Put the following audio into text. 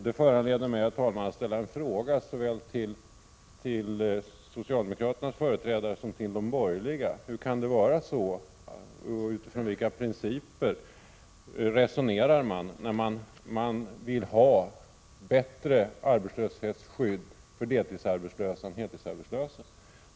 Detta föranleder mig, herr talman, att ställa en fråga till såväl socialdemokraternas företrädare som de övriga borgerliga: Hur kan det vara så? Utifrån vilka principer resonerar man när man vill ha bättre arbetslöshetsskydd för deltidsarbetslösa än för heltidsarbetslösa?